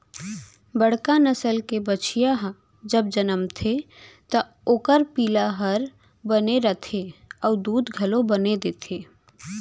बड़का नसल के बछिया ह जब जनमथे त ओकर पिला हर बने रथे अउ दूद घलौ बने देथे